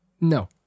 No